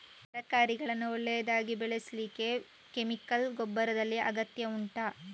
ತರಕಾರಿಗಳನ್ನು ಒಳ್ಳೆಯದಾಗಿ ಬೆಳೆಸಲಿಕ್ಕೆ ಕೆಮಿಕಲ್ ಗೊಬ್ಬರದ ಅಗತ್ಯ ಉಂಟಾ